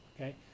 Okay